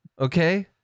Okay